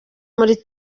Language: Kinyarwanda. muri